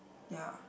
ya